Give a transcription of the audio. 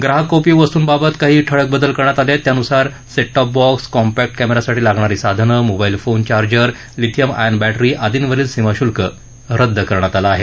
ग्राहकोपयोगी वस्तूंबाबत काही ठळक बदल करण्यात आले आहेत त्यानुसार सेट टॉप बॉक्स कॉम्पॅक्ट कॅमे यासाठी लागणारी साधनं mobile phone charger lithium iron battery आदींवरील सीमाशुल्क रद्द करण्यात आलं आहे